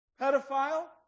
Pedophile